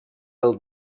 del